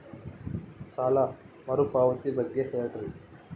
ಸಾಲ ಮರುಪಾವತಿ ಬಗ್ಗೆ ಹೇಳ್ರಿ?